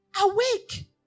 Awake